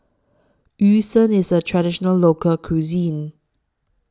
Yu Sheng IS A Traditional Local Cuisine